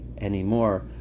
anymore